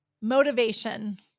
motivation